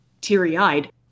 teary-eyed